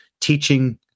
teaching